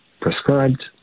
prescribed